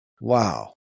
Wow